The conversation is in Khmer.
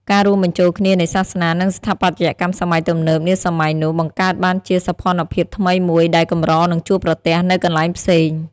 ការរួមបញ្ចូលគ្នានៃសាសនា និងស្ថាបត្យកម្មសម័យទំនើបនាសម័យនោះ បង្កើតបានជាសោភ័ណភាពថ្មីមួយដែលកម្រនឹងជួបប្រទះនៅកន្លែងផ្សេង។